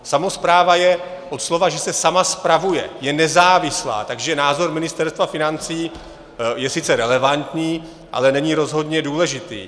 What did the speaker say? Samospráva je od slova, že se sama spravuje, je nezávislá, takže názor Ministerstva financí je sice relevantní, ale není rozhodně důležitý.